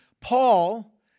Paul